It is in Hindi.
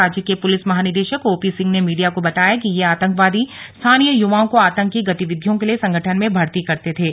राज्य के पुलिस महानिदेशक ओपी सिंह ने मीडिया को बताया कि ये आतंकवादी स्थानीय युवाओं को आतंकी गतिविधियों के लिए संगठन में भर्ती करते थे